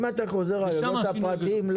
אם אתה חוזר לגגות הפרטיים,